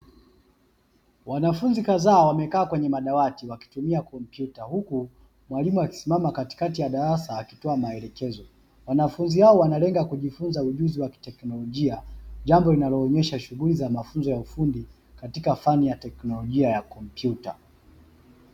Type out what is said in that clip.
Wanafunzi kadhaa wamekaa kwenye madawati wakitumia kompyuta huku mwalimu akisimama katikati ya darasa akitoa maelekezo. Wanafunzi hao wanalenga kujifunza ujuzi wa kiteknolojia jambo linaloonyesha shughuli za mafunzo ya ufundi katika fani ya teknolojia ya kompyuta.